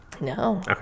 no